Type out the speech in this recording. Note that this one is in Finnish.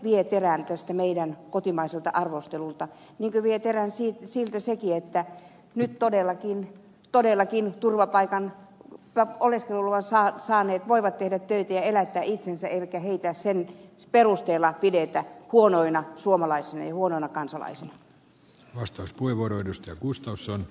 se vie terän kotimaiselta arvostelulta niin kuin vie terän sekin että nyt todellakin oleskeluluvan saaneet voivat tehdä töitä ja elättää itsensä eikä heitä sen perusteella pidetä huonoina suomalaisina ja huonoina kansalaisina